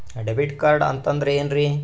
Debit card ಅಂತಂದ್ರೆ ಏನ್ರೀ?